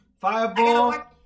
Fireball